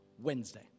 Wednesday